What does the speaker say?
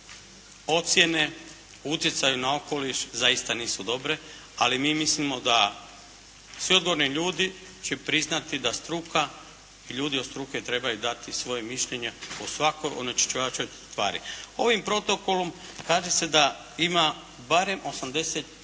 ocjene o utjecaju na okoliš zaista nisu dobre. Ali mi mislimo da svi odgovorni ljudi će priznati da struka i ljudi od struke trebaju dati svoje mišljenje o svakom onečišćivaču tvari. Ovim protokolom kaže se da ima barem 86